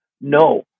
No